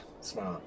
Smart